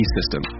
System